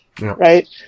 Right